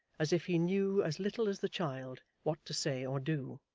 as if he knew as little as the child, what to say or do.